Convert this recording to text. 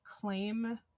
claim